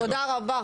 תודה ענקית.